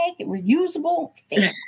reusable